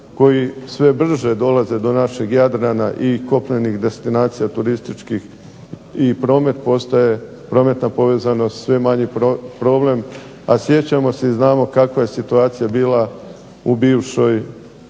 koji sve brže dolaze do našeg Jadrana i kopnenih destinacija turističkih i promet postaje, prometna povezanost sve manji problem, a sjećamo se i znamo kakva je situacija bila u bivšoj